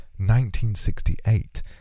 1968